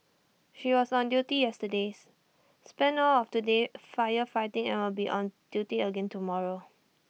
she was on duty yesterday's spent all of today firefighting and will be on duty again tomorrow